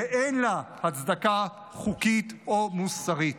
ואין לה הצדקה חוקית או מוסרית.